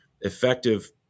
effective